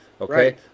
Okay